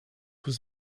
was